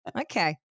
Okay